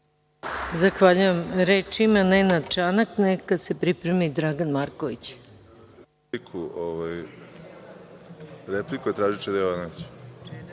Zahvaljujem. Reč ima Nenad Čanak, neka se pripremi Dragan Marković.